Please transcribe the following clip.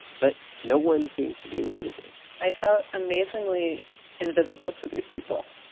but no one seems to be noticing i felt amazingly invisible to these people.